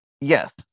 yes